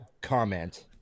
comment